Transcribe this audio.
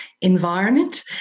environment